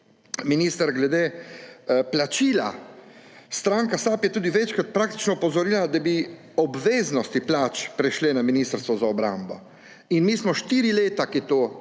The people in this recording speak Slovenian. minister, glede plačila. Stranka SAB je tudi večkrat opozorila, da bi obveznosti plač prešle na Ministrstvo za obrambo. Mi štiri leta to